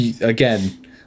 again